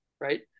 right